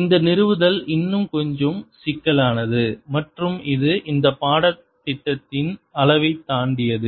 இந்த நிறுவுதல் இன்னும் கொஞ்சம் சிக்கலானது மற்றும் இது இந்த பாடத்திட்டத்தின் அளவை தாண்டியது